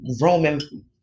Roman